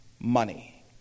money